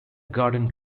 garden